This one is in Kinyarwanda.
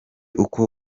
uko